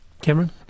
Cameron